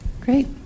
Great